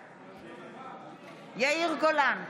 בעד יאיר גולן,